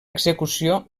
execució